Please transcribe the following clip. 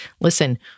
Listen